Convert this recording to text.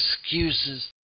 excuses